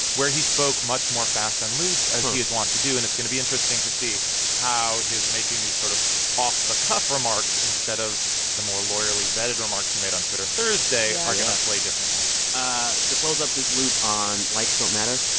where he spoke much more fast and loose, as he is wont to do. and it's going to be interesting to see how his making these sort of off-the-cuff remarks instead of the more lawyerly, vetted remarks he made on twitter thursday are going to play differently ah to close up this loop on likes don't matter,